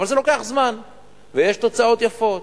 אבל זה לוקח זמן ויש תוצאות יפות.